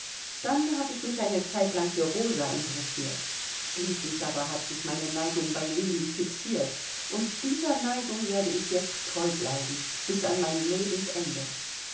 dann hab ich mich eine zeit lang für rosa interessiert schließlich aber hat sich meine neigung bei lilli fixiert und dieser neigung werde ich jetzt treu bleiben bis an mein lebensende